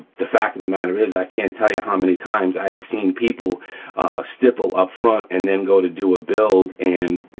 the fact of the matter is, i can't tell you how many times i've seen people stipple upfront and then go to do a build and